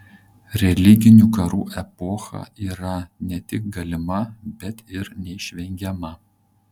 religinių karų epocha yra ne tik galima bet ir neišvengiama